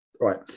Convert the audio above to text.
right